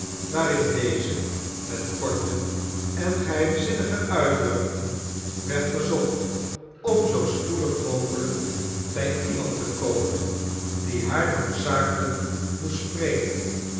waarin deze met korte en geheimzinnige uitdrukkingen werd verzocht om zoo spoedig mogelijk bij iemand te komen die haar noodzakelijk moest spreken